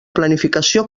planificació